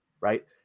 Right